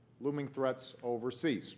looming threats overseas